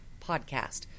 podcast